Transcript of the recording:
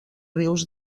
rius